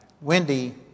Wendy